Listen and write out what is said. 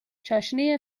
چاشنی